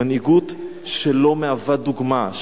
מנהיגות שלא מהווה דוגמה,